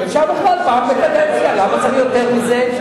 אפשר בכלל פעם בקדנציה, למה צריך יותר מזה?